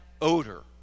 odor